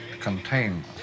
contain